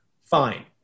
fine